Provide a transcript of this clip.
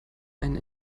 einen